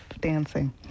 dancing